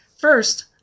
First